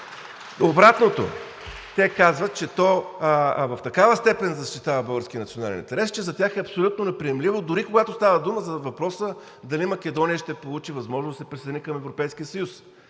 от ДБ.) Те казват, че то в такава степен защитава българския национален интерес, че за тях е абсолютно неприемливо, дори когато става дума за въпроса дали Македония ще получи възможност да се присъедини към Европейския съюз.